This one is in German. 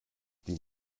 die